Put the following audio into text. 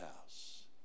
house